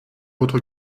votre